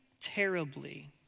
terribly